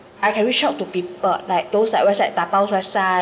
I can reach out to people like those like website da bao website